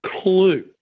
clue